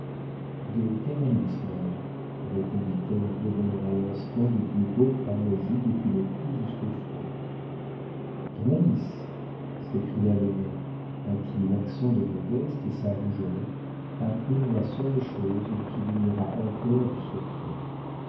de canalis maman répondit-elle en devenant à l'instant du plus beau cramoisi depuis le cou jusqu'au front canalis s'écria le nain à qui l'accent de modeste et sa rougeur apprirent la seule chose qu'il ignorât encore du secret